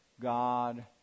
God